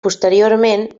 posteriorment